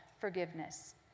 forgiveness